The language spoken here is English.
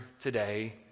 today